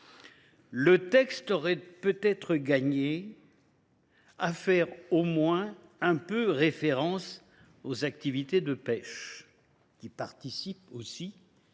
le texte aurait sans doute gagné à faire tant soit peu référence aux activités de pêche, qui participent aussi